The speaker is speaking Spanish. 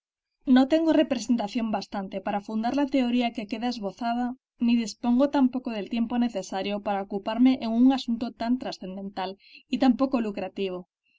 no tengo representación bastante para fundar la teoría que queda esbozada ni dispongo tampoco del tiempo necesario para ocuparme en un asunto tan trascendental y tan poco lucrativo